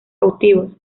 cautivos